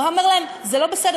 הוא היה אומר להם: זה לא בסדר,